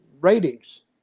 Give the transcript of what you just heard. ratings